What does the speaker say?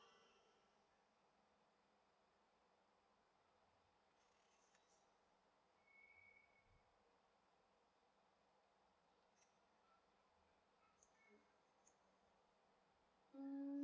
mm